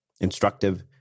instructive